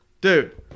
Dude